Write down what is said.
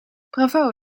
bravo